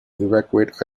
evacuate